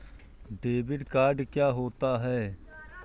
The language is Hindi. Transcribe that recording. डेबिट कार्ड क्या होता है?